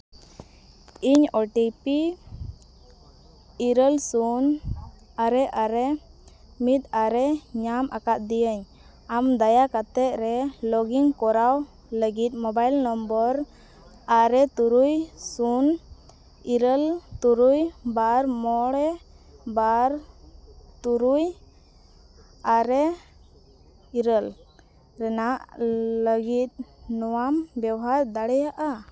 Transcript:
ᱤᱧ O T P ᱤᱨᱟᱹᱞ ᱥᱩᱱ ᱟᱨᱮ ᱟᱨᱮ ᱢᱤᱫ ᱟᱨᱮ ᱧᱟᱢ ᱟᱠᱟᱫᱤᱭᱟᱹᱧ ᱟᱢ ᱫᱟᱭᱟ ᱠᱟᱛᱮ ᱨᱮ ᱞᱚᱜᱽ ᱤᱱ ᱠᱚᱨᱟᱣ ᱞᱟᱹᱜᱤᱫ ᱢᱳᱵᱟᱭᱤᱞ ᱱᱚᱢᱵᱚᱨ ᱟᱨᱮ ᱛᱩᱨᱩᱭ ᱥᱩᱱ ᱤᱨᱟᱹᱞ ᱛᱩᱨᱩᱭ ᱵᱟᱨ ᱢᱚᱬᱮ ᱵᱟᱨ ᱛᱩᱨᱩᱭ ᱟᱨᱮ ᱤᱨᱟᱹᱞ ᱨᱮᱱᱟᱜ ᱞᱟᱹᱜᱤᱫ ᱱᱚᱣᱟᱢ ᱵᱮᱵᱚᱦᱟᱨ ᱫᱟᱲᱮᱭᱟᱜᱼᱟ